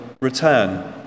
return